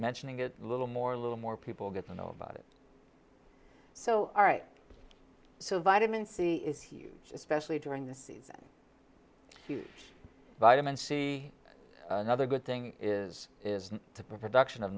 mentioning it a little more little more people get to know about it so all right so vitamin c is huge especially during this season vitamin c another good thing is is the production of